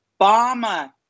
Obama